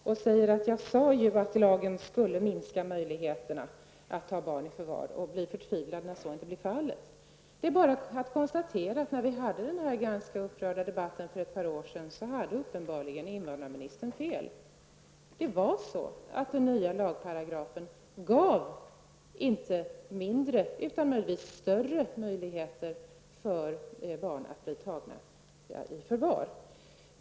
Hon säger: Jag sade ju att lagen skulle minska möjligheterna att ta barn i förvar, och sedan blir hon förtvivlad när så inte blir fallet. Det är bara att konstatera att invandrarministern uppenbarligen hade fel när vi förde den ganska upprörda debatten för några år sedan. Den nya lagparagrafen gav inte mindre utan kanske större möjligheter att ta barn i förvar.